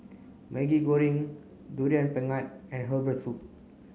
Maggi Goreng durian pengat and Herbal Soup